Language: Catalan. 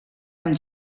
amb